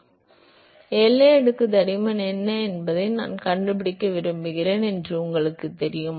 எனவே இப்போது எல்லை அடுக்கு தடிமன் என்ன என்பதை நான் கண்டுபிடிக்க விரும்புகிறேன் என்று உங்களுக்குத் தெரியும்